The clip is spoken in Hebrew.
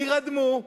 תירדמו,